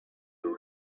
men